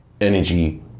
energy